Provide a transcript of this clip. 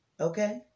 okay